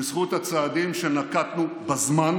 בזכות הצעדים שנקטנו בזמן: